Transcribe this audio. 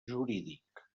jurídic